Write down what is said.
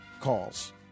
calls